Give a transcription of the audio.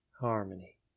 Harmony